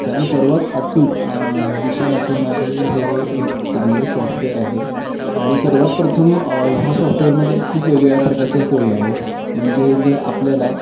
कारण सर्वात अचूक दिशा दाखवणारे हे एक चांगले सॉफ्टवेअर आहे आणि सर्वात प्रथम ह्या सॉफ्टवेअरमध्ये खूप वेगवेगळ्या प्रकारच्या सोयी आहेत म्हणजे जर आपल्याला